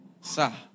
Sir